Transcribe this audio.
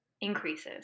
increases